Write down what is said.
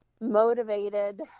motivated